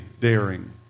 daring